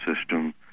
system